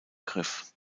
griff